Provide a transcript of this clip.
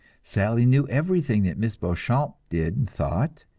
sally knew everything that miss beauchamp did and thought,